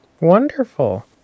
Wonderful